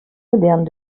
modernes